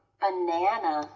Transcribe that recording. banana